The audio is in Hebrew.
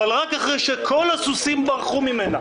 אבל רק אחרי שכל הסוסים ברחו ממנה.